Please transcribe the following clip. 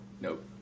Nope